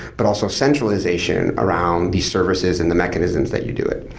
but also centralization around these services and the mechanisms that you do it.